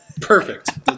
perfect